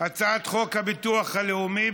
הצעת חוק הביטוח הלאומי,